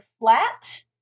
flat